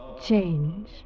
change